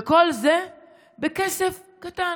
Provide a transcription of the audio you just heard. וכל זה בכסף קטן,